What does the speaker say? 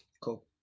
Cool